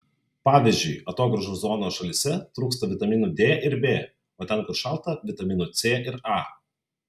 pavyzdžiui atogrąžų zonos šalyse trūksta vitaminų d ir b o ten kur šalta vitaminų c ir a